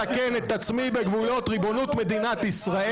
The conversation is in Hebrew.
מתקן את עצמי, בגבולות ריבונות מדינת ישראל.